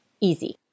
easy